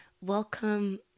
Welcome